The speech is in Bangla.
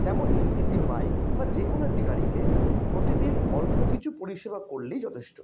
তেমনই একটি বাইক বা যে কোনো একটি গাড়িকে প্রতিদিন অল্প কিছু পরিষেবা করলেই যথেষ্ট